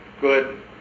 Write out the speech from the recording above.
good